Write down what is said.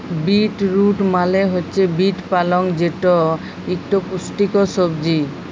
bit root মালে হছে beet পালং যেট ইকট পুষ্টিকর সবজি